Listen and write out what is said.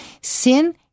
sin